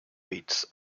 beets